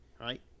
right